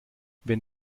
wenn